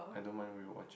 I don't mind rewatching